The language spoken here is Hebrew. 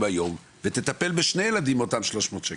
היום ותטפל בשני ילדים באותם 300 שקלים.